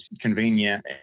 convenient